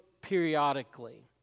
periodically